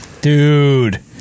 Dude